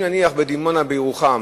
נניח שבדימונה או בירוחם,